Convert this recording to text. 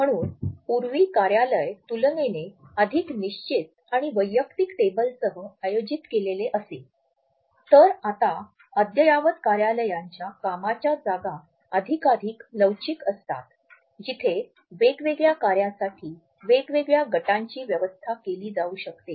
म्हणून पूर्वी कार्यालय तुलनेने अधिक निश्चित आणि वैयक्तिक टेबलसह आयोजित केलेले असे तर आता अद्ययावत कार्यालयांच्या कामाच्या जागा अधिकाधिक लवचिक असतात जिथे वेगवेगळ्या कार्यासाठी वेगवेगळ्या गटांची व्यवस्था केली जाऊ शकते